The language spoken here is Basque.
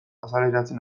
azaleratzen